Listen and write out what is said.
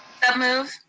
moved.